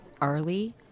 Arlie